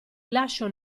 lascio